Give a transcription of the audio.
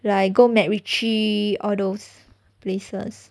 like go macritchie all those places